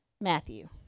Matthew